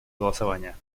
голосования